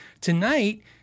tonight